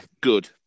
good